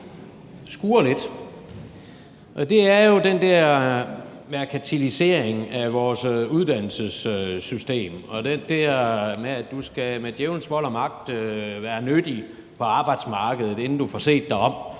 det er jo den her merkantilisering af vores uddannelsessystem, i forhold til det her med at du med djævelens vold og magt skal være nyttig på arbejdsmarkedet, inden du får set dig om,